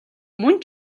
мөн